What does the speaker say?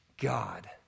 God